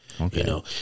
Okay